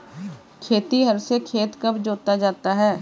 खेतिहर से खेत कब जोता जाता है?